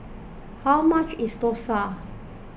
how much is Dosa